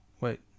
wait